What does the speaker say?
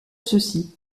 ceci